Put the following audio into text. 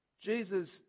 jesus